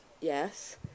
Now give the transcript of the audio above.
Yes